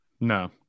No